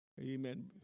Amen